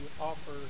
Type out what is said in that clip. offer